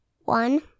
One